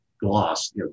gloss